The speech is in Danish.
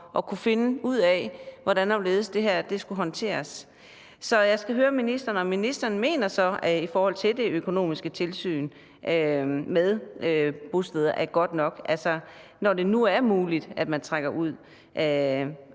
at kunne finde ud af, hvordan og hvorledes det her skulle håndteres. Så jeg skal høre ministeren, om ministeren så med hensyn til det økonomiske tilsyn med bosteder mener, at det er godt nok, når det nu er muligt at trække penge